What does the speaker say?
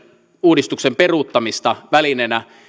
uudistuksen peruuttamista välineenä